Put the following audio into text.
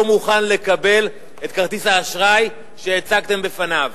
מוכן לקבל את כרטיס האשראי שהצגתם בפניו?